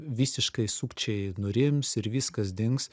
visiškai sukčiai nurims ir viskas dings